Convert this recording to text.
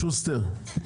שוסטר.